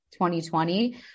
2020